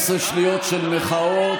15 שניות של מחאות,